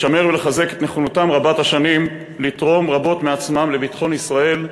לשמר ולחזק את נכונותם רבת השנים לתרום רבות מעצמם לביטחון ישראל,